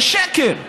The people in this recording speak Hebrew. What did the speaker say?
זה שקר.